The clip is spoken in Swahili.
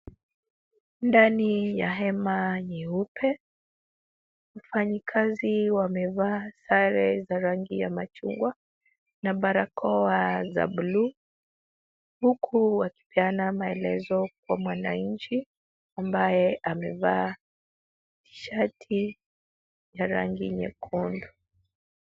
Ndani ya hema nyeupe ,wafanyikazi wamevaa sare za rangi ya machungwa na barakoa za bluu huku wakipeana maelezo kwa mwananchi ambaye amevaa shati ya rangi nyekundu.